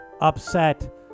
upset